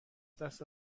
دست